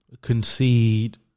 concede